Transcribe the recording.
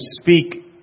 speak